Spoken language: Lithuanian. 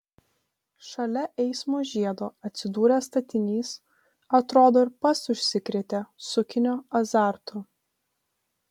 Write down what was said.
šalia eismo žiedo atsidūręs statinys atrodo ir pats užsikrėtė sukinio azartu